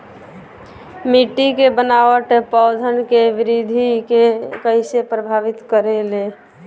मिट्टी के बनावट पौधन के वृद्धि के कइसे प्रभावित करे ले?